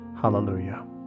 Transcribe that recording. Hallelujah